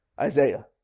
Isaiah